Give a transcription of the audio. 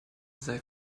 sei